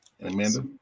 Amanda